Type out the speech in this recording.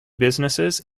businesses